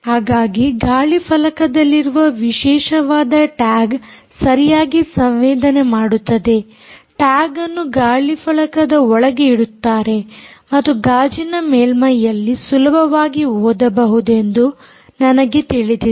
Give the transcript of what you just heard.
ಹಾಗಾಗಿ ಗಾಳಿಫಲಕದಲ್ಲಿರುವ ವಿಶೇಷವಾದ ಟ್ಯಾಗ್ ಸರಿಯಾಗಿ ಸಂವೇದನೆ ಮಾಡುತ್ತದೆ ಟ್ಯಾಗ್ ಅನ್ನು ಗಾಳಿಫಲಕದ ಒಳಗೆ ಇಡುತ್ತಾರೆ ಮತ್ತು ಗಾಜಿನ ಮೇಲ್ಮೈಯಲ್ಲಿ ಸುಲಭವಾಗಿ ಓದಬಹುದೆಂದು ನನಗೆ ತಿಳಿದಿದೆ